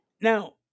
Now